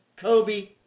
Kobe